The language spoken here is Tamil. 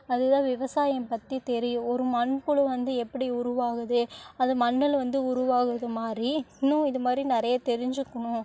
அது தான் விவசாயம் பற்றி தெரியும் ஒரு மண்புழு வந்து எப்படி உருவாகுது அது மண்ணில் வந்து உருவாகுது மாதிரி இன்னும் இது மாதிரி நிறைய தெரிஞ்சிக்கணும்